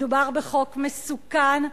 מדובר בחוק מסוכן,